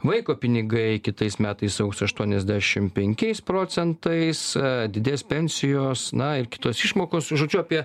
vaiko pinigai kitais metais sausio aštuoniasdešim penkiais procentais didės pensijos na ir kitos išmokos žodžiu apie